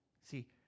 See